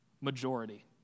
majority